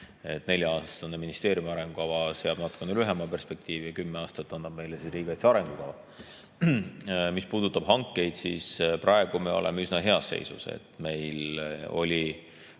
[peale koostatud] ministeeriumi arengukava seab natuke lühema perspektiivi, kümme aastat annab meile see riigikaitse arengukava. Mis puudutab hankeid, siis praegu me oleme üsna heas seisus. Meil oli